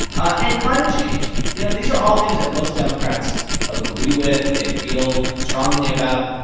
ah and climate change. you know, these are all things that most democrats agree with, they feel strongly about.